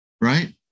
Right